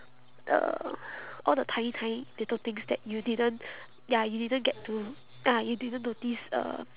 uh all the tiny tiny little things that you didn't ya you didn't get to ah you didn't notice uh